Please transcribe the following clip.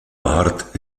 ward